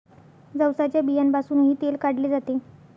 जवसाच्या बियांपासूनही तेल काढले जाते